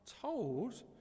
told